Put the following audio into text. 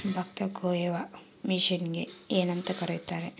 ಭತ್ತ ಕೊಯ್ಯುವ ಮಿಷನ್ನಿಗೆ ಏನಂತ ಕರೆಯುತ್ತಾರೆ?